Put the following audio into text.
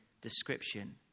description